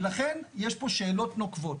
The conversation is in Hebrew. ולכן יש פה שאלות נוקבות.